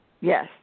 Yes